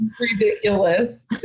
ridiculous